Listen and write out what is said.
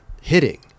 hitting